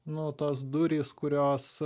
nu tos durys kurios